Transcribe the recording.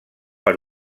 per